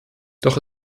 doch